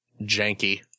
janky